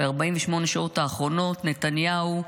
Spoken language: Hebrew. האחרונות נתניהו,